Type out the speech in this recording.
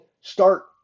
start